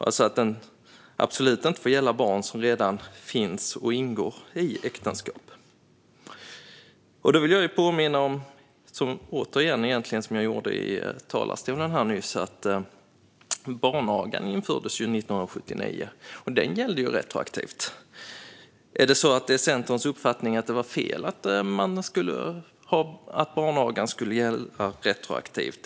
Den får alltså inte gälla barn som redan har ingått äktenskap. Jag vill därför påminna om det jag också tog upp i talarstolen nyss: Lagen mot barnaga infördes 1979, och den gällde retroaktivt. Är det Centerns uppfattning att det var fel att lagen mot barnaga skulle gälla retroaktivt?